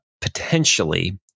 Potentially